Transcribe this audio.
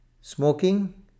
smoking